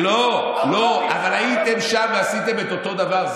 לא, אבל הייתם שם ועשיתם את אותו דבר.